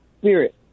spirit